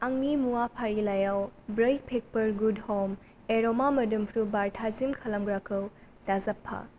आंनि मुवा फारिलाइयाव ब्रै पेकफोर गुड ह'म एर'मा मोदोम्फ्रु बार थाजिम खालामग्राखौ दाजाबफा